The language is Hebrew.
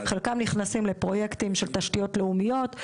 חלקם נכנסים לפרויקטים של תשתיות לאומיות,